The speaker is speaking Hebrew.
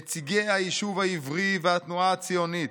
נציגי היישוב העברי והתנועה הציונית,